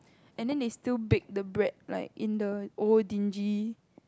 and then they still bake the bread like in the old dingy